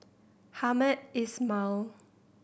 Hamed Ismail